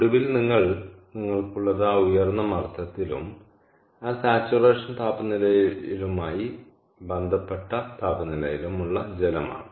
ഒടുവിൽ നിങ്ങൾ നിങ്ങൾക്കുള്ളത് ആ ഉയർന്ന മർദ്ദത്തിലും ആ സാച്ചുറേഷൻ താപനിലയുമായി ബന്ധപ്പെട്ട താപനിലയിലും ഉള്ള ജലമാണ്